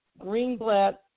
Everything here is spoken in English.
Greenblatt